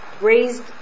Raised